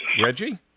Reggie